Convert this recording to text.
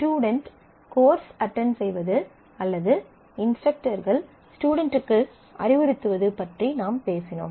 student course attend செய்வது அல்லது இன்ஸ்ட்ரக்டர்கள் ஸ்டுடென்ட்டுக்கு அறிவுறுத்துவது பற்றி நாம் பேசினோம்